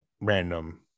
random